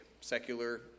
Secular